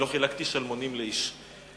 אני לא חילקתי שלמונים לאיש.